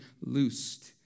loosed